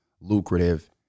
lucrative